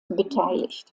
beteiligt